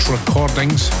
Recordings